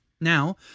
Now